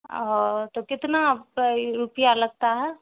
او تو کتنا روپیہ لگتا ہے